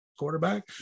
quarterback